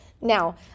Now